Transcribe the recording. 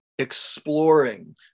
exploring